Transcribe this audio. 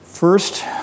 First